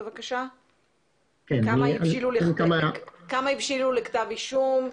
כמה הבשילו לכתב אישום,